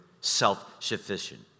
self-sufficient